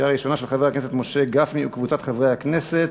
של חבר הכנסת משה גפני וקבוצת חברי הכנסת,